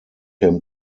him